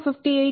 Pg850 258